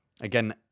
Again